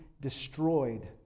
destroyed